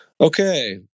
Okay